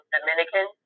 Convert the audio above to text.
Dominican